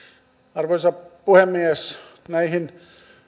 arvoisa puhemies näihin